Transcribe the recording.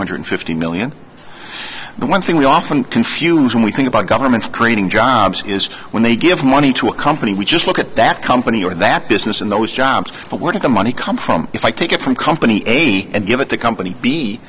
hundred fifty million but one thing we often confuse when we think about government creating jobs is when they give money to a company we just look at that company or that business and those jobs are worth the money come from if i take it from company and give it to company b